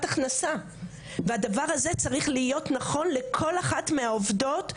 הכנסה והדבר הזה צריך להיות נכון לכל אחת מהעובדות שמועסקת,